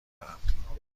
دارم